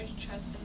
Trust